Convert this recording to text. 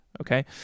Okay